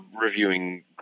reviewing